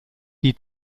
die